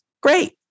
Great